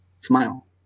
smile